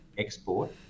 export